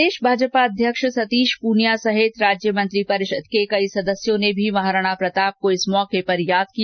प्रदेश भाजपा अध्यक्ष सतीश पूनिया के अलावा राज्य मंत्रि परिषद के कई सदस्यों ने भी महाराणा प्रताप को इस मौके पर याद किया